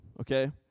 okay